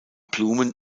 blumen